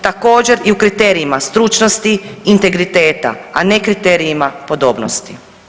Također, i u kriterijima stručnosti, integriteta, a ne kriterijima pobodnosti.